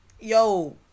Yo